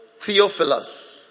Theophilus